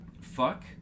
Fuck